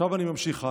עכשיו אני ממשיך הלאה: